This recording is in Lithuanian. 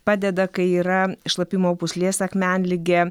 padeda kai yra šlapimo pūslės akmenligė